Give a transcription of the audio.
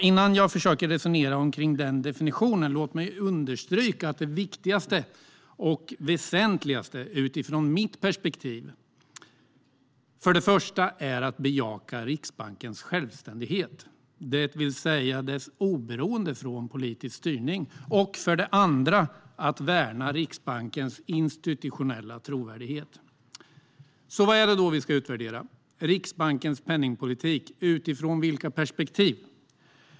Innan jag försöker resonera om den definitionen vill jag understryka att det viktigaste och väsentligaste utifrån mitt perspektiv för det första är att bejaka Riksbankens självständighet, det vill säga dess oberoende från politisk styrning. För det andra ska vi värna Riksbankens institutionella trovärdighet. Vad är det alltså vi ska utvärdera? Det är Riksbankens penningpolitik, men utifrån vilka perspektiv?